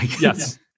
yes